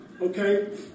okay